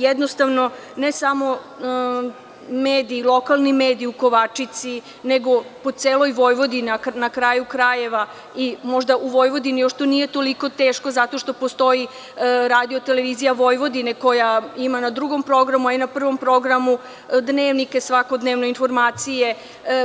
Jednostavno, ne samo lokalni mediji u Kovačici, nego po celoj Vojvodini, a na kraju krajeva i možda u Vojvodini još to nije toliko teško zato što postoji Radio-televizija Vojvodine, koja ima na Drugom programu i na Prvom programu dnevnike svakodnevno i informacije,